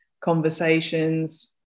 conversations